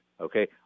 Okay